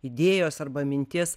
idėjos arba minties